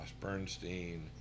Bernstein